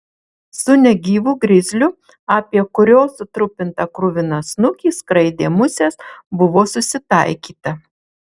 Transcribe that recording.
su negyvu grizliu apie kurio sutrupintą kruviną snukį skraidė musės buvo susitaikyta